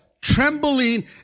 trembling